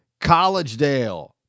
Collegedale